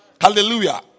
Hallelujah